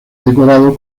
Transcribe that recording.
decorado